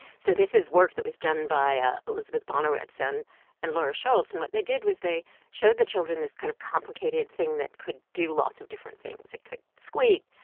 so this is work that was done by ah elizabeth bonawitz and and laura schulz, and what they did was they showed the children this kind of complicated thing that could do lots of different things. it could squeak,